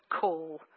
call